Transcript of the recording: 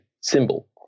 symbol